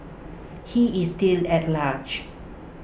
he is still at large